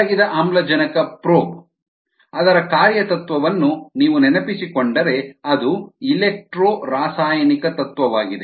ಕರಗಿದ ಆಮ್ಲಜನಕ ಪ್ರೋಬ್ ಅದರ ಕಾರ್ಯ ತತ್ವವನ್ನು ನೀವು ನೆನಪಿಸಿಕೊಂಡರೆ ಅದು ಎಲೆಕ್ಟ್ರೋ ರಾಸಾಯನಿಕ ತತ್ವವಾಗಿದೆ